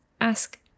ask